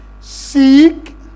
Seek